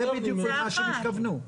זה בדיוק מה שהם התכוונו,